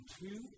two